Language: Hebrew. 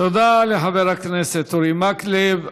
תודה לחבר הכנסת אורי מקלב.